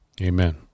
Amen